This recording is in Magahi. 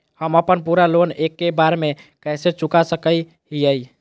हम अपन पूरा लोन एके बार में कैसे चुका सकई हियई?